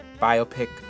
biopic